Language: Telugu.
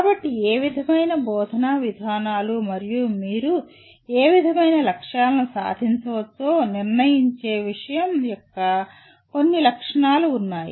కాబట్టి ఏ విధమైన బోధనా విధానాలు మరియు మీరు ఏ విధమైన లక్ష్యాలను సాధించవచ్చో నిర్ణయించే విషయం యొక్క కొన్ని లక్షణాలు ఉన్నాయి